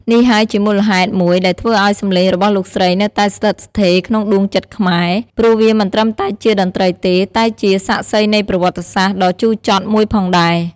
នេះហើយជាមូលហេតុមួយដែលធ្វើឲ្យសំឡេងរបស់លោកស្រីនៅតែស្ថិតស្ថេរក្នុងដួងចិត្តខ្មែរ ព្រោះវាមិនត្រឹមតែជាតន្ត្រីទេ តែជា សាក្សីនៃប្រវត្តិសាស្ត្រ ដ៏ជូរចត់មួយផងដែរ។